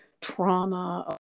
trauma